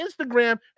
Instagram